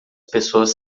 pessoas